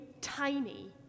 tiny